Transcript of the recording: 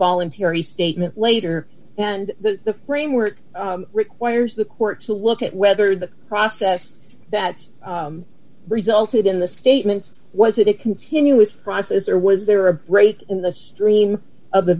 voluntary statement later and the framework requires the court to look at whether the process that resulted in the statements was it a continuous process or was there a break in the stream of